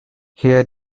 here